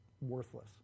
worthless